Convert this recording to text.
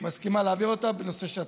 מסכימה להעביר אותה בנושא של התקציבים.